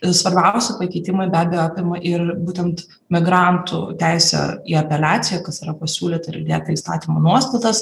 svarbiausi pakeitimai be abejo apima ir būtent migrantų teisė į apeliaciją kas yra pasiūlyta ir įdėta į įstatymo nuostatas